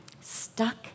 stuck